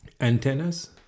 antennas